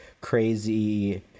crazy